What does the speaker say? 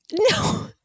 No